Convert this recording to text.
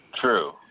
True